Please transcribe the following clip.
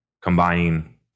combining